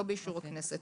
לא באישור הכנסת.